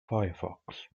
firefox